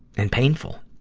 and painful.